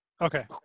okay